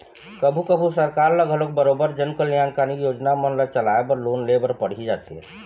कभू कभू सरकार ल घलोक बरोबर जनकल्यानकारी योजना मन ल चलाय बर लोन ले बर पड़ही जाथे